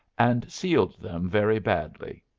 and sealed them very badly.